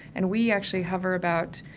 and we actually cover about,